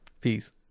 Peace